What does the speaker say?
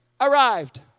arrived